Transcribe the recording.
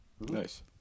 Nice